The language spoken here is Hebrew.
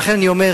לכן אני אומר,